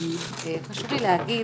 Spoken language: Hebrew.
חשוב לי להגיד